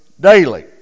daily